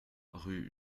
rue